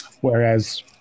Whereas